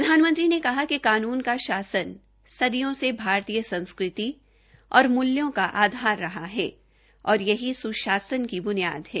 प्रधानमंत्री ने कहा कि कानून का शासन सदियों से भारतीय संस्कृति और मूल्यों का आधार रहा है और यही सु षासन की बुनियाद हैं